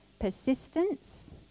Persistence